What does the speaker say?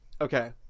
Okay